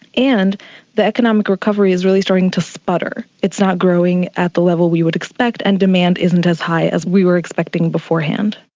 and the economic recovery is really starting to sputter. it's not growing at the level we would expect and demand isn't as high as we were expecting beforehand.